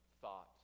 thought